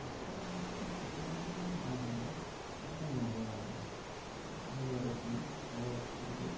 সাঁতার কাটার মানে প্রতিযোগিতায় যে নাম দেওয়া এটা একটা মজাই আলাদা মানে আলাদা একটা ফিলিং সে সবাই একসঙ্গে